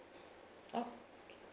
oh